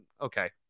okay